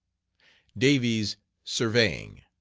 davies' surveying.